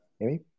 Amy